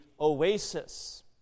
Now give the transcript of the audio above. oasis